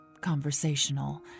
conversational